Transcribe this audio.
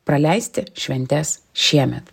praleisti šventes šiemet